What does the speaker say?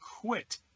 quit